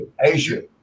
Asia